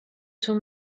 too